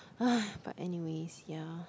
!wah! but anyways ya